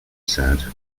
sad